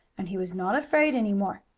and he was not afraid any more.